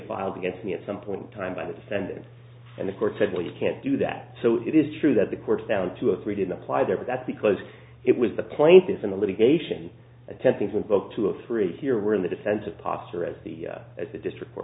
filed against me at some point in time by the defendant and the court said well you can't do that so it is true that the courts down to a three didn't apply there but that's because it was the plaintiffs in the litigation attempting to invoke two of three here were in the defensive posture as the as the district court